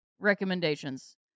recommendations